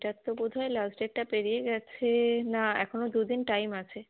এটার তো বোধ হয় লাস্ট ডেটটা পেরিয়ে গেছে না এখনো দুদিন টাইম আছে